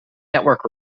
network